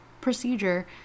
procedure